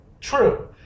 true